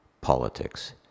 politics